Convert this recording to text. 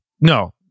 No